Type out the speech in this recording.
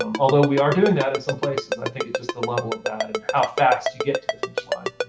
although we are doing that in some places. and i think it's just the level of that, and how fast you get to the finish line.